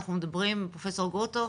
אנחנו מדברים, פרופ' גרוטו,